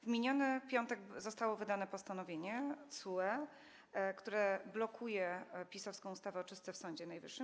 W miniony piątek zostało wydane postanowienie TSUE, które blokuje PiS-owską ustawę o czystce w Sądzie Najwyższym.